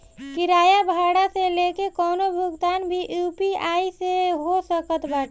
किराया भाड़ा से लेके कवनो भुगतान भी यू.पी.आई से हो सकत बाटे